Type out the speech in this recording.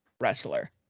wrestler